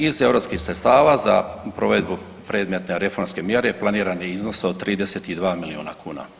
Iz EU sredstava za provedbu predmetne reformske mjere planirani je iznos od 32 milijuna kuna.